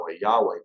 Yahweh